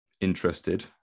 interested